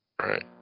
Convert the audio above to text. Right